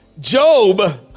Job